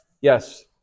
Yes